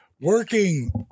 Working